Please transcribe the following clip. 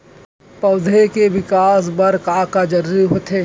पौधे के विकास बर का का जरूरी होथे?